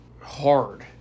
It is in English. hard